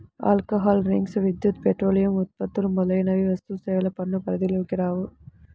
alcohol drinks, విద్యుత్, పెట్రోలియం ఉత్పత్తులు మొదలైనవి వస్తుసేవల పన్ను పరిధిలోకి రావు